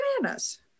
bananas